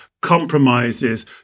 compromises